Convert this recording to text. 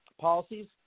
policies